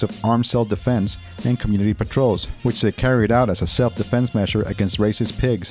of armed self defense and community patrols which they carried out as a self defense measure against racist pigs